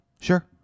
Sure